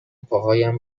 پاهایم